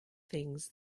things